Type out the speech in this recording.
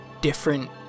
different